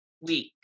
week